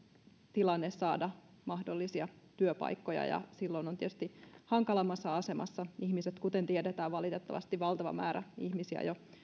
tilanne saada mahdollisia työpaikkoja ja silloin ovat ihmiset tietysti hankalammassa asemassa kuten tiedetään valitettavasti valtava määrä on ihmisiä jo